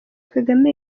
kagame